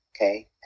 Okay